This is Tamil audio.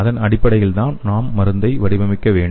அதன் அடிப்படையில்தான் நாம் மருந்தை வடிவமைக்க வேண்டும்